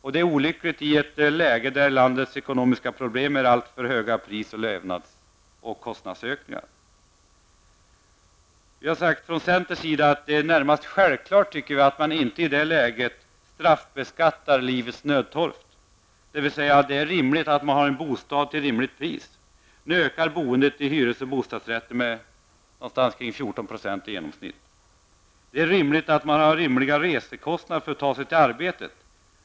Detta är olyckligt i ett läge där landets ekonomiska problem är alltför höga pris och kostnadsökningar. Vi från centerns sida har sagt att det är närmast självklart att man i det läget inte straffbeskattar livets nödtorft. Det är rimligt att man har en bostad till rimligt pris. Nu ökar boendet i hyres och bostadsrätter med i genomsnitt 14 %. Det är rimligt att man har rimliga resekostnader för att ta sig till arbetet.